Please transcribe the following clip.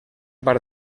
part